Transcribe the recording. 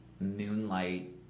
Moonlight